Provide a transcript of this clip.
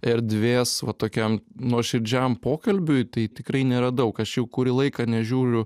erdvės va tokiam nuoširdžiam pokalbiui tai tikrai nėra daug aš jau kurį laiką nežiūriu